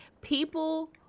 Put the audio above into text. People